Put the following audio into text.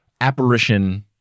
apparition